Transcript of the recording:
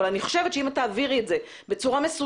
אבל אם תעבירי את זה בצורה מסודרת